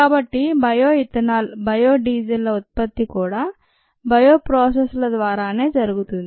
కాబట్టి bio ethanol bio diesel ల ఉత్పత్తి కూడా బయో ప్రాసెస్ ల ద్వారానే జరుగుతుంది